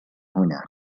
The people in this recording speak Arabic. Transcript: هنا